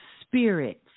spirits